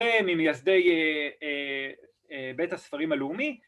‫הם ממייסדי בית הספרים הלאומי.